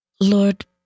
Lord